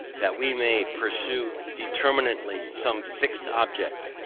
that we may pursue determinately some fixed object.